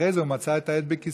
אחרי זה הוא מצא את העט בכיסו,